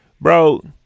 Bro